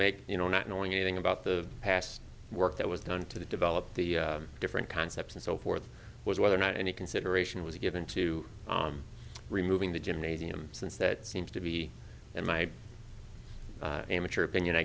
make you know not knowing anything about the past work that was done to develop the different concepts and so forth was whether or not any consideration was given to removing the gymnasium since that seems to be in my amateur opinion i